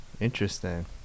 Interesting